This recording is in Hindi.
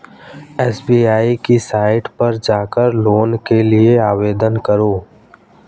एस.बी.आई की साईट पर जाकर लोन के लिए आवेदन करो